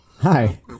Hi